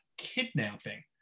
kidnapping